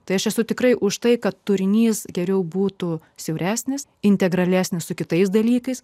tai aš esu tikrai už tai kad turinys geriau būtų siauresnis integralesnis su kitais dalykais